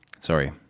Sorry